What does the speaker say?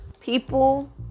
People